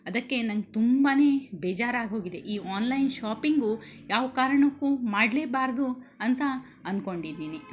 ಅದಕ್ಕೆ ನಂಗೆ ತುಂಬಾ ಬೇಜಾರಾಗಿ ಹೋಗಿದೆ ಈ ಆನ್ಲೈನ್ ಶಾಪಿಂಗು ಯಾವ ಕಾರಣಕ್ಕೂ ಮಾಡಲೇಬಾರ್ದು ಅಂತ ಅಂದುಕೊಂಡಿದೀನಿ